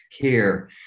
care